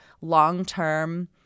long-term